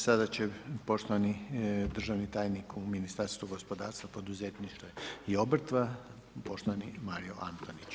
Sada će poštovani državni tajnik u Ministarstvu gospodarstva, poduzetništva i obrta, poštovani Mario Antonić.